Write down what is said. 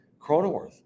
Cronenworth